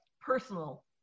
personal